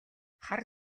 хар